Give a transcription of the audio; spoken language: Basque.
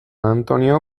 antonio